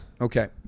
Okay